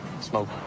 smoke